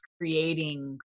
creating